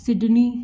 Sydney